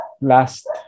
last